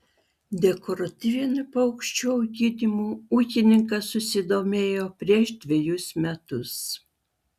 dekoratyvinių paukščių auginimu ūkininkas susidomėjo prieš dvejus metus